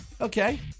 Okay